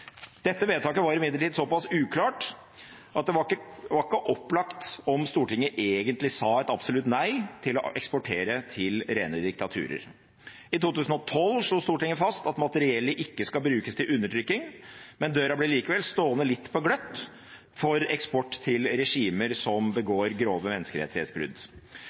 Dette vedtaket var imidlertid såpass uklart at det var ikke opplagt om Stortinget egentlig sa et absolutt nei til å eksportere til rene diktaturer. I 2012 slo Stortinget fast at materiellet ikke skal brukes til undertrykking, men døra ble likevel stående litt på gløtt for eksport til regimer som begår grove menneskerettighetsbrudd.